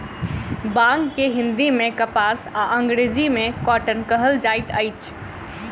बांग के हिंदी मे कपास आ अंग्रेजी मे कौटन कहल जाइत अछि